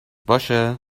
باشه